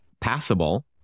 passable